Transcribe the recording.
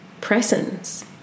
presence